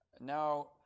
Now